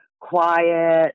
quiet